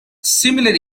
similar